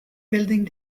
building